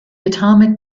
atomic